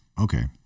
Okay